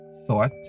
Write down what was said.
thought